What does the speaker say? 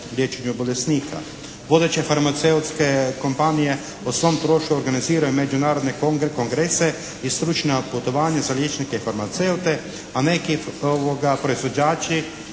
liječenju bolesnika. Vodeće farmaceutske kompanije o svom trošku organiziraju međunarodne kongrese i stručna putovanja za liječnike farmaceute a neki proizvođači